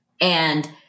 And-